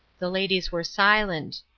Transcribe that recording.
the ladies were silent.